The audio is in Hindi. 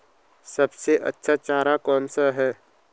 सबसे अच्छा चारा कौन सा है?